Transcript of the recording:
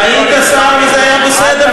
היית שר וזה היה בסדר,